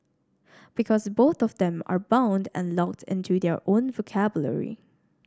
because both of them are bound and locked into their own vocabulary